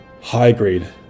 High-Grade